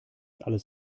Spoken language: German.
alles